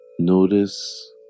notice